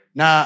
na